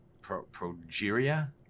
progeria